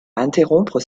interrompre